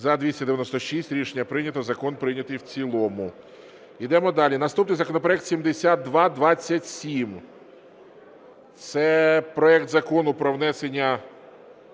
За-296 Рішення прийнято. Закон прийнятий в цілому. Йдемо далі. Наступний законопроект 7227. Це проект Закону про внесення